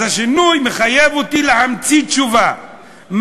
השינוי מחייב אותי להמציא תשובה.